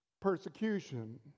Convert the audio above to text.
persecution